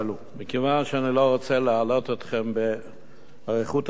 מכיוון שאני לא רוצה להלאות אתכם באריכות הדברים,